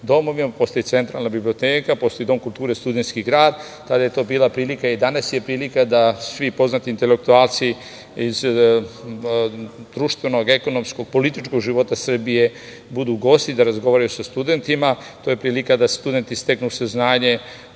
domovima, postoji Centralna biblioteka, postoji Dom kulture Studentski grad. Tada je to bila prilika i danas je prilika da svi poznati intelektualci iz društvenog, ekonomskog, političkog života Srbije budu gosti, da razgovaraju sa studentima. To je prilika da studenti steknu saznanje